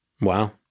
Wow